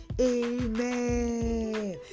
Amen